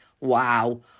Wow